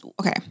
okay